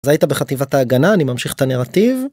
זה היית בחטיבת ההגנה אני ממשיך את הנרטיב.